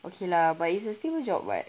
okay lah but it's a stable job [what]